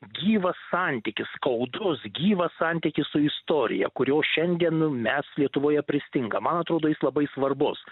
gyvas santykis skaudus gyvas santykis su istorija kurio šiandien mes lietuvoje pristingam man atrodo jis labai svarbus